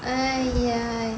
!aiya!